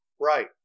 Right